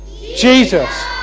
Jesus